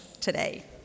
today